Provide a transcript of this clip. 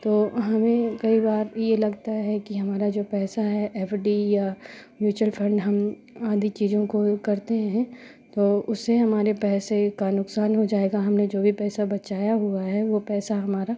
तो हमें कई बार यह लगता है कि हमारा जो पैसा है एफ डी या म्युचुअल फंड हम आदि चीज़ों को करते हैं तो उससे हमारे पैसे का नुकसान हो जाएगा हमने जो भी पैसा बचाया हुआ है वह पैसा हमारा